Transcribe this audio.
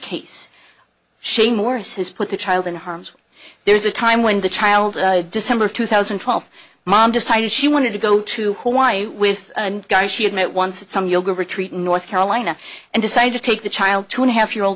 case shane morris has put the child in harm's way there's a time when the child december two thousand and twelve mom decided she wanted to go to hawaii with guy she had met once at some yoga retreat in north carolina and decided to take the child two and a half year old